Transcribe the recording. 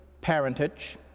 parentage